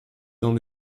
dans